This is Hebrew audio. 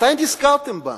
מתי נזכרתם בנו?